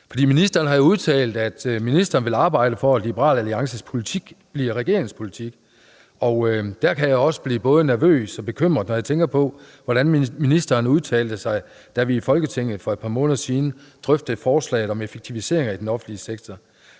ministeren har jo udtalt, at ministeren vil arbejde for, at Liberal Alliances politik bliver regeringens politik. Der kan jeg også blive både nervøs og bekymret, når jeg tænker på, hvordan ministeren udtalte sig, da vi i Folketinget for et par måneder siden drøftede forslaget om effektivisering af den offentlige sektor.